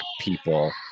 people